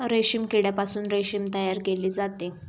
रेशीम किड्यापासून रेशीम तयार केले जाते